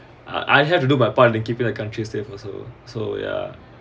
ah I have to do my part in keeping the country safe also so ya